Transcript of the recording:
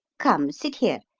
come, sit here.